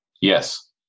Yes